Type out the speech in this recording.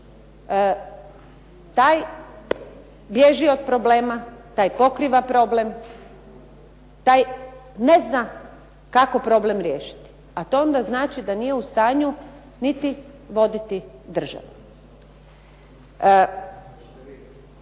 taj bježi od problema, taj pokriva problem, taj ne zna kako problem riješiti. A to onda znači da nije onda u stanju niti voditi državu.